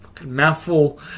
mouthful